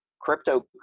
crypto